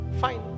Fine